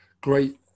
great